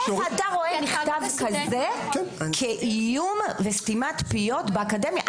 איך אתה רואה מכתב כזה כאיום וסתימת פיות באקדמיה?